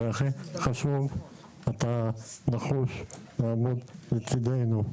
והכי חשוב אתה נחוש לעמוד לצידנו,